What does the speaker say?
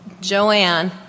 Joanne